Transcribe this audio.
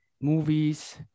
movies